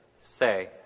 say